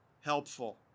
helpful